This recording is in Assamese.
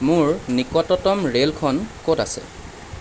মোৰ নিকটতম ৰে'লখন ক'ত আছে